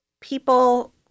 people